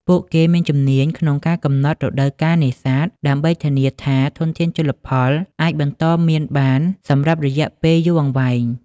ពួកគេមានជំនាញក្នុងការកំណត់រដូវកាលនេសាទ ដើម្បីធានាថាធនធានជលផលអាចបន្តមានបានសម្រាប់រយៈពេលយូរអង្វែង។